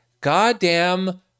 goddamn